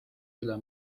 üle